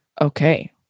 okay